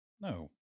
No